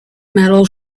metal